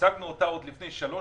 והצגנו אותה עוד לפני 3 שנים.